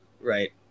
Right